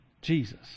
Jesus